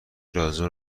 لازم